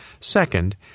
Second